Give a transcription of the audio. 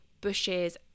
bushes